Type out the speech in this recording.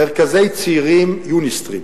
מרכזי צעירים, "יוניסטרים".